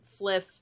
fliff